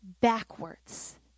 backwards